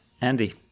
Andy